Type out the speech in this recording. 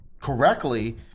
correctly